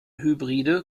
hybride